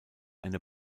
eine